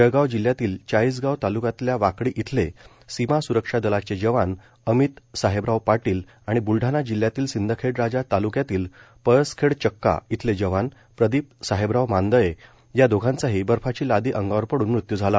जळगाव जिल्ह्यातील चाळीसगाव तालुक्यातल्या वाकडी इथले सीमा सुरक्षा दलाचे जवान अमित साहेबराव पाटील आणि ब्लडाणा जिल्हयातील सिंदखेडराजा तालुक्यातील पळसखेड चक्का इथले जवान प्रदीप साहेबराव मांदळे या दोघांचाही बर्फाची लादी अंगावर पडून मृत्यू झाला